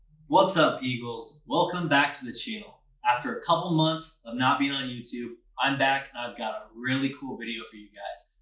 what's up eagles, welcome back to the channel after a couple months of not being on youtube i'm back i've got a really cool video for you guys.